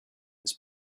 his